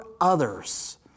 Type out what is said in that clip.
others